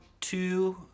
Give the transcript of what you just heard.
two